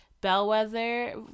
bellwether